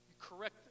correct